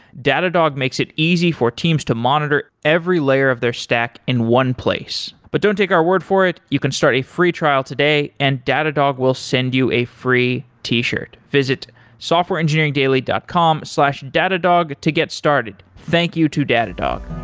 datadog makes it easy for teams to monitor every layer of their stack in one place. but don't take our word for it. you can start a free trial today and datadog will send you a free t shirt. visit softwareengineeringdaily dot com slash datadog to get started. thank you to datadog.